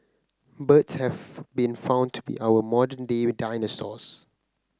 birds have been found to be our modern day dinosaurs